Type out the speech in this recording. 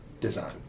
design